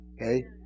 Okay